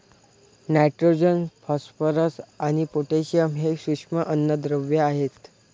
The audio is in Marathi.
नायट्रोजन, फॉस्फरस आणि पोटॅशियम हे सूक्ष्म अन्नद्रव्ये आहेत